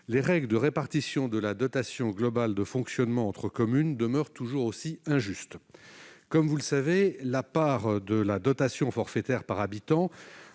les règles de répartition de la dotation globale de fonctionnement (DGF) entre communes demeurent toujours aussi injustes. Comme vous le savez, la part de la dotation forfaitaire par habitant